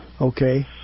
Okay